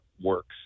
works